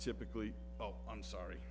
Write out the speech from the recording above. typically oh i'm sorry